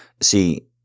see